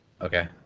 Okay